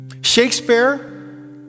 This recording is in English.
Shakespeare